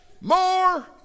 more